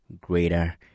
greater